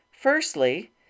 Firstly